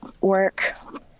work